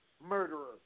murderer